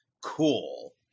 cool